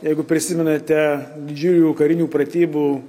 jeigu prisimenate didžiųjų karinių pratybų